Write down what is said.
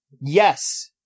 yes